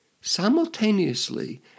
Simultaneously